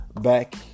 back